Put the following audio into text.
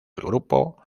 grupo